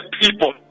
people